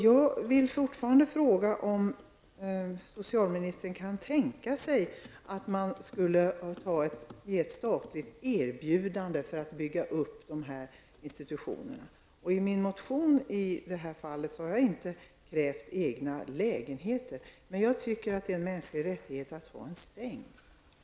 Jag vill återigen fråga om statsrådet kan tänka sig att ge ett statligt erbjudande för att bygga upp dessa institutioner. I min motion har jag inte krävt egna lägenheter. Men jag anser att det är en mänsklig rättighet att få en säng.